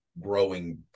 growing